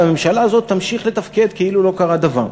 והממשלה הזו תמשיך לתפקד כאילו לא קרה דבר.